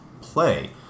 play